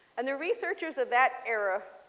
and the researchers of that area